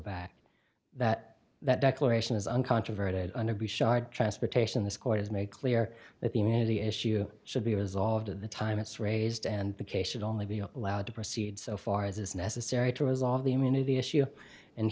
back that that declaration is uncontroverted under be shared transportation this court has made clear that the immunity issue should be resolved at the time it's raised and the case should only be allowed to proceed so far as is necessary to resolve the immunity issue and